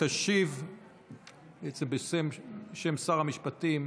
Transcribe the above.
בשם שר המשפטים